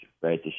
right